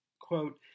Quote